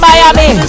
Miami